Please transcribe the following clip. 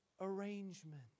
arrangement